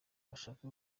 bashaka